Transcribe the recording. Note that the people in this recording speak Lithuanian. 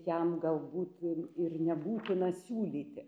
jam galbūt ir nebūtina siūlyti